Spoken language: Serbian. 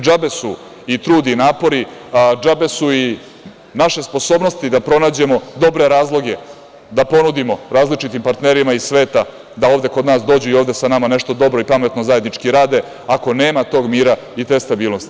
Džabe su i trud i napori, džabe su i naše sposobnosti da pronađemo dobre razloge da ponudimo različitim partnerima iz sveta da ovde kod nas dođu i ovde sa nama nešto dobro i pametno zajednički rade ako nema tog mira i te stabilnosti.